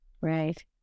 Right